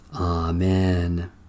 Amen